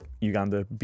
uganda